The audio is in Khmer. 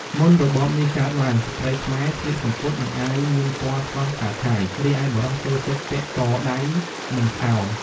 មុនរបបនេះកើតទ្បើង ស្ត្រីខ្មែរស្លៀកសំពត់ និងអាវមានពណ៌ស្រស់ឆើតឆាយ រីឯបុរសចូលចិត្តពាក់តអាវ និងខោ ។